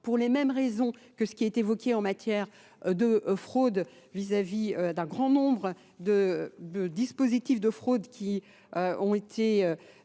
pour les mêmes raisons que ce qui est évoqué en matière de fraude vis-à-vis d'un grand nombre de dispositifs de fraude dont nous